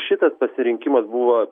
šitas pasirinkimas buvo